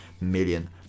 million